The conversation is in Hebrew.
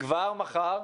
כבר מחר